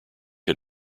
had